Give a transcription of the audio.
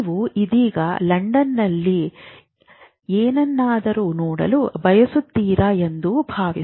ನೀವು ಇದೀಗ ಲಂಡನ್ನಲ್ಲಿ ಏನನ್ನಾದರೂ ನೋಡಲು ಬಯಸುತ್ತೀರಿ ಎಂದು ಭಾವಿಸಿ